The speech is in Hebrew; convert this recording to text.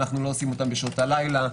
לא בשעות הלילה,